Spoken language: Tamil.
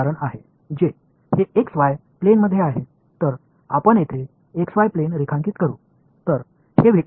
மற்றொரு உதாரணத்தை எடுத்து கொள்வோம் இதுதான் x y ப்ளேன் இந்த x y ப்ளேன் ஐ இங்கே வரைவோம்